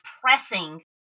pressing